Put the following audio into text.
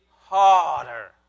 harder